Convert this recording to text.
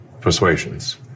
persuasions